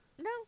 no